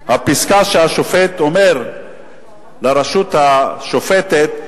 הפסקה שהשופט אומר לרשות השופטת.